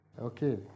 Okay